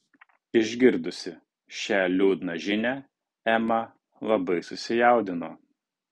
išgirdusi šią liūdną žinią ema labai susijaudino